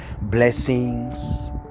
blessings